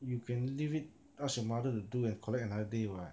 you can leave it ask your mother to do and collect another day [what]